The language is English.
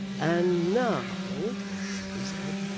and now he said,